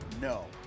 No